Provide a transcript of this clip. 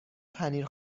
پنیر